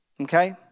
Okay